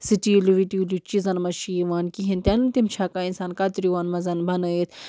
steel وِٹیٖلیوٗ چیٖزَن منٛز چھِ یِوان کِہیٖنۍ تِنہٕ تِم چھِ ہٮ۪کان اِنسان کَتریوٗوَن منٛز بنٲیِتھ